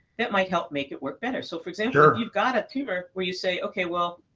that might help make it work better. so for example, you've got a tumor where you say okay well,